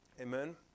Amen